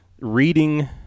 reading